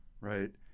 Right